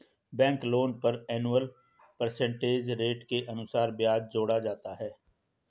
bank loan पर annual percentage rate के अनुसार ब्याज जोड़ा जाता है